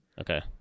Okay